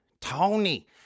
Tony